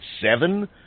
seven